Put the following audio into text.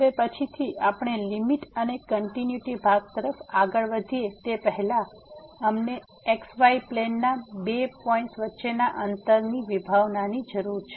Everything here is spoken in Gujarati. હવે પછીથી આપણે લીમીટ અને કંટીન્યુટી ભાગ તરફ આગળ વધીએ તે પહેલાં અમને xy પ્લેનમાં બે પોઈન્ટ્સ વચ્ચેના અંતરની વિભાવનાની જરૂર છે